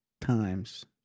Times